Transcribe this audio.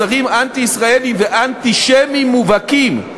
מסרים אנטי-ישראליים ואנטישמיים מובהקים,